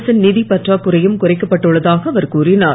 அரசின் நிதிப்பற்றாகுறையும் குறைக்கப்பட்டு உள்ளதாக அவர் கூறினார்